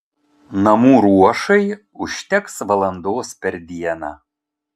namų ruošai užteks valandos per dieną